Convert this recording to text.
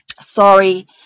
Sorry